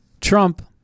Trump